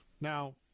now